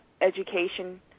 education